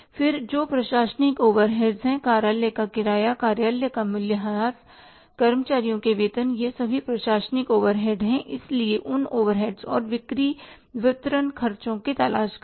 फिर जो प्रशासनिक ओवरहेड्स हैं कार्यालय का किराया कार्यालय का मूल्य ह्रास कर्मचारियों के वेतन ये सभी प्रशासनिक ओवर हेड हैं इसलिए उन ओवरहेडस और बिक्री वितरण ख़र्चों की तलाश करें